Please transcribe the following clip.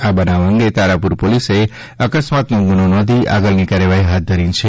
આ બનાવ અંગે તારાપુર પોલીસે અકસ્માતનો ગુનો નોંધી આગળની કાર્યવાહી હાથ ધરી છે